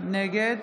נגד